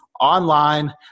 online